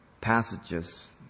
passages